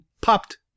popped